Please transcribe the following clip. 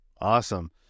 Awesome